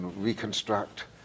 reconstruct